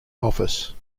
office